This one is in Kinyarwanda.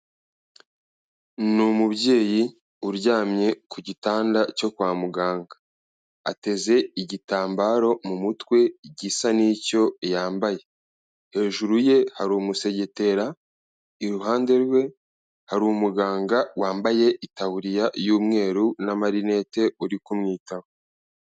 Ni umubyeyi uryamye ku gitanda cyo kwa muganga. Ateze igitambaro mu mutwe igisa n'icyo yambaye. Hejuru ye hari umusegetera, iruhande rwe hari umuganga wambaye itaburiya y'umweru n'amarinete, uri kumwitaho.